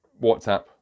whatsapp